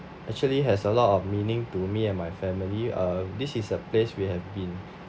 actually has a lot of meaning to me and my family uh this is a place we have been